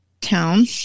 town